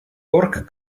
pork